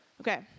Okay